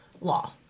law